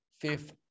Fifth